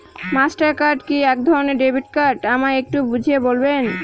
Master card কি একধরণের debit card আমায় একটু বুঝিয়ে বলবেন?